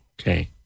Okay